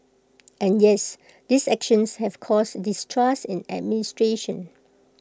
and yes these actions have caused distrust in administration